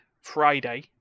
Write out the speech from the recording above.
Friday